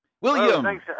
William